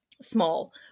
small